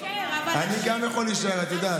אני גם יכול להישאר, את יודעת.